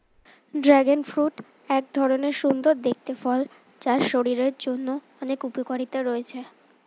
dragon fruit এক ধরণের সুন্দর দেখতে ফল যার শরীরের জন্য অনেক উপকারিতা রয়েছে